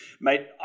mate